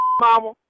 mama